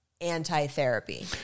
anti-therapy